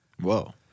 Whoa